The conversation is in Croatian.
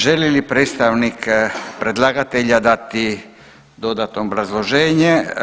Želi li predstavnik predlagatelja dati dodatno obrazloženje?